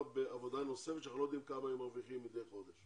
בעבודה נוספת שאנחנו לא יודעים כמה הם מרוויחים מדי חודש.